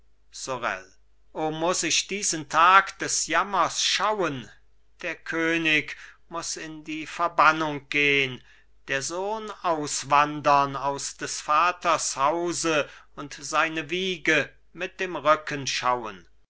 sorel o muß ich diesen tag des jammers schauen der könig muß in die verbannung gehn der sohn auswandern aus des vaters hause und seine wiege mit dem rücken schauen